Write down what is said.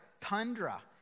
Tundra